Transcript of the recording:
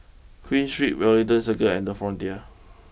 Queen Street Wellington Circle and the Frontier